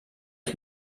ich